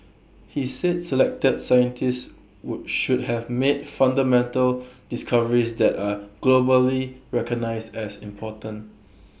he said selected scientists would should have made fundamental discoveries that are globally recognised as important